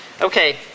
Okay